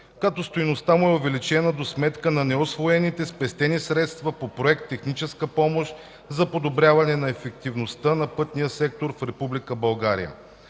като стойността му е увеличена за сметка на неусвоените/спестени средства по проект „Техническа помощ за подобряване на ефективността на пътния сектор в